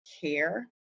care